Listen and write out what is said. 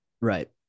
Right